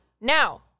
Now